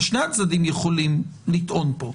משני הצדדים יכולים לטעון פה.